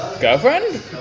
Girlfriend